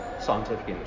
scientific